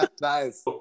nice